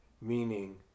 meaning